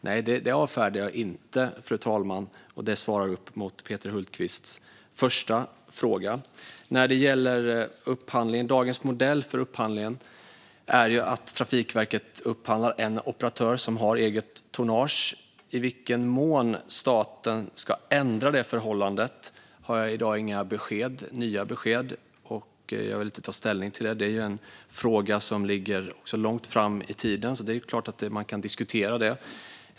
Nej, det är inget som jag avfärdar, fru talman. Detta besvarar Peter Hultqvists första fråga. Enligt dagens modell för upphandling upphandlar Trafikverket en operatör som har eget tonnage. När det gäller i vilken mån staten ska ändra detta förhållande har jag i dag inga nya besked att ge. Jag vill inte ta ställning till det. Det är dessutom en fråga som ligger långt fram i tiden, och man kan självklart diskutera den.